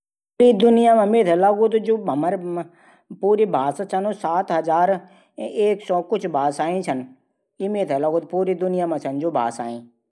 खडीक, बांज, बुरास, भ्यूल, काफल, कुलें।